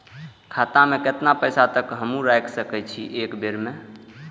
खाता में केतना पैसा तक हमू रख सकी छी एक बेर में?